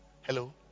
Hello